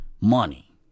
money